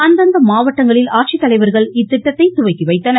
அந்தந்த மாவட்டங்களில் ஆட்சித்தலைவர்கள் இத்திட்டத்தை துவக்கி வைத்தனர்